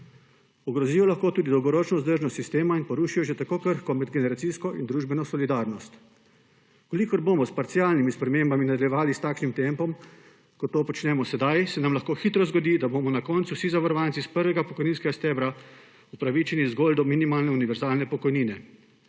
Ogrozijo lahko tudi dolgoročno vzdržnost sistema in porušijo že tako krhko medgeneracijsko in družbeno solidarnost. Če bomo s parcialnimi spremembami nadaljevali s takšnim tempom, kot to počnemo sedaj, se nam lahko hitro zgodi, da bomo na koncu vsi zavarovanci iz prvega pokojninskega stebra upravičeni zgolj do minimalne univerzalne pokojnine.